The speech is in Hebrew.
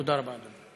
תודה רבה, אדוני.